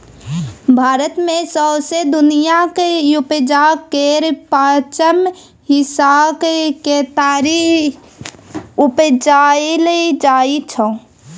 भारत मे सौंसे दुनियाँक उपजाक केर पाँचम हिस्साक केतारी उपजाएल जाइ छै